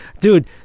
Dude